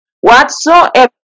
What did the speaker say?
whatsoever